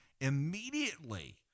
immediately